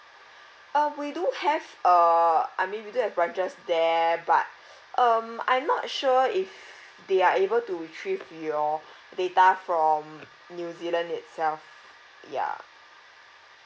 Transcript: uh we do have err I mean we do have branches there but um I'm not sure if they are able to retrieve your data from new zealand itself ya